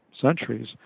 centuries